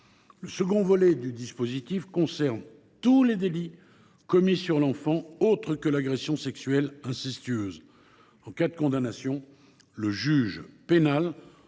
Le second volet du dispositif concerne tous les délits commis sur l’enfant à l’exception de l’agression sexuelle incestueuse. En cas de condamnation, le juge pénal